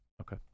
Okay